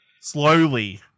slowly